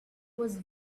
was